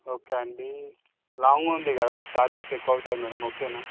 okay అండీ long ఉంది కదా ఛార్జెస్ ఎక్కువ అవుతాయి మ్యాడం ఓకేనా